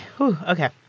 Okay